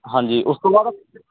ਹਾਂਜੀ ਉਸ ਤੋਂ ਬਾਅਦ